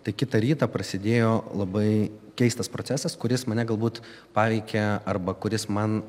tai kitą rytą prasidėjo labai keistas procesas kuris mane galbūt paveikė arba kuris man